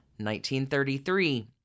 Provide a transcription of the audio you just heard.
1933